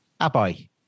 Abai